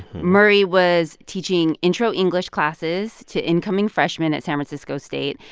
murray was teaching intro english classes to incoming freshmen at san francisco state,